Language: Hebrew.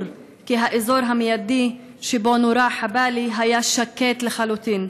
כי האזור המיידי שבו נורה חבאלי היה שקט לחלוטין.